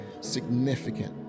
significant